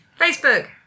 Facebook